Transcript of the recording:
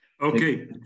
Okay